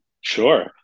sure